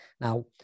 Now